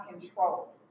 control